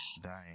dying